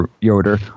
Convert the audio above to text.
Yoder